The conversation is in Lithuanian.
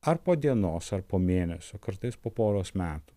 ar po dienos ar po mėnesio kartais po poros metų